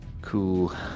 cool